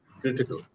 critical